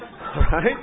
right